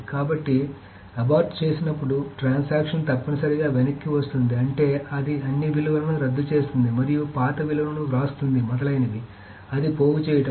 కాబట్టి అబార్ట్ జరిగినప్పుడు ట్రాన్సాక్షన్ తప్పనిసరిగా వెనక్కి వస్తుంది అంటే అది అన్ని విలువలను రద్దు చేస్తుంది మరియు పాత విలువలను వ్రాస్తుంది మొదలైనవి అది పోగు చేయడం